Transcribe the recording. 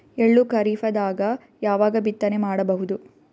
ಎಳ್ಳು ಖರೀಪದಾಗ ಯಾವಗ ಬಿತ್ತನೆ ಮಾಡಬಹುದು?